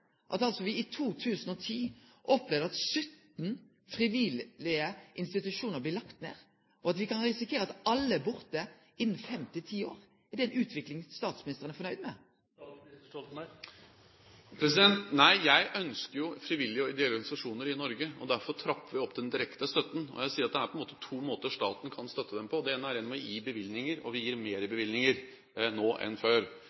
at me i 2010 opplevde at 17 frivillige institusjonar blei lagde ned, og at me kan risikere at alle er borte innan fem til ti år? Er det ei utvikling som statsministeren er nøgd med? Nei, jeg ønsker jo frivillige og ideelle organisasjoner i Norge. Derfor trapper vi opp den direkte støtten. Jeg sier det er to måter staten kan støtte dem på: Det ene er gjennom å gi bevilgninger – og vi bevilger nå mer enn før.